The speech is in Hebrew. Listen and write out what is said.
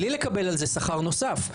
בלי לקבל על זה שכר נוסף.